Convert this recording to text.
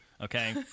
okay